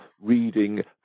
reading